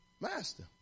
master